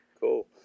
Cool